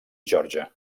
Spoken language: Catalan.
geòrgia